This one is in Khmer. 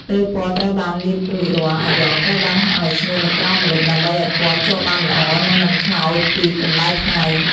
ពេលពណ៌ត្រូវបានលាបរួចរាល់ អាយ៉ងត្រូវបានហាលឱ្យស្ងួតនៅក្រោមម្លប់ដើម្បីឱ្យពណ៌ជាប់បានល្អនិងមិនខ្លោចពីកម្តៅថ្ងៃ។